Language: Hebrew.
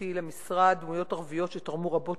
כניסתי למשרד דמויות ערביות שתרמו רבות